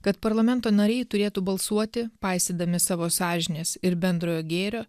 kad parlamento nariai turėtų balsuoti paisydami savo sąžinės ir bendrojo gėrio